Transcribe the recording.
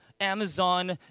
Amazon